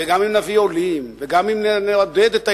גם אם נביא עולים וגם אם נעודד את הילודה,